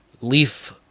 leaf